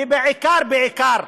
ובעיקר, בעיקר,